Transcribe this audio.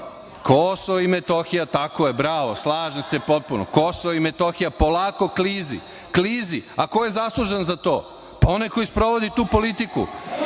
klizi. Kosovo i Metohija, bravo, tako je, slažem se potpuno. Kosovo i Metohija polako klizi, klizi. A ko je zaslužan za to? Onaj koji sprovodi tu politiku.